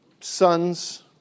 sons